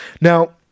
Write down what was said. Now